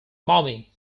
mommy